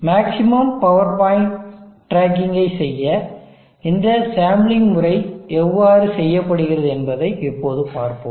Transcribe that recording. maximum power point டிராக்கிங்கை செய்ய இந்த சாம்ப்லிங்க் முறை எவ்வாறு செய்யப்படுகிறது என்பதை இப்போது பார்ப்போம்